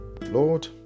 Lord